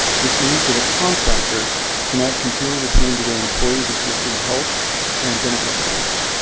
this means that a contractor cannot continue to pay into their employees' existing health and benefit plans.